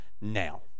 now